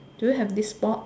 do you have this board